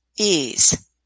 ease